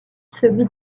celui